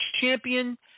champion